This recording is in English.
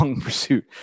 pursuit